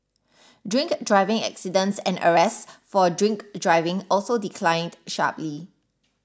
drink driving accidents and arrests for drink driving also declined sharply